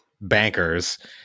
bankers